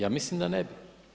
Ja mislim da ne bi.